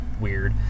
weird